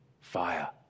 Fire